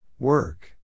Work